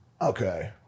Okay